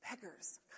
Beggars